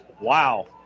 wow